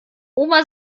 oma